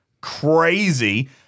crazy